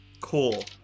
Cool